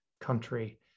country